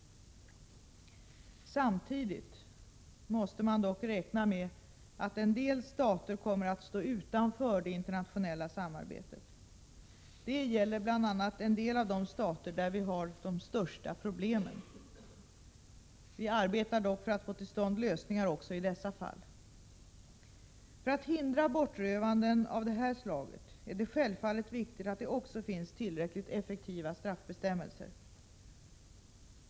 Samtidigt måste man dock räkna med att en del stater kommer att stå utanför det internationella samarbetet. Det gäller bl.a. en del av de stater där vi har de största problemen. Vi arbetar dock på att få till stånd lösningar också i dessa fall. För att hindra bortrövanden av det här slaget är det självfallet viktigt att det också finns tillräckligt effektiva straffbestämmelser.